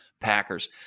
Packers